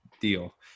deal